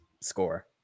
score